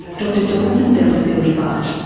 dr jonathan delafield-butt,